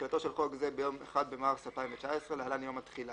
"תחילתו של חוק זה ביום 1 במרס 2019 (להלן יום התחילה).